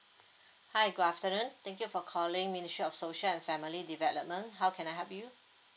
hi good afternoon thank you for calling ministry of social and family development how can I help you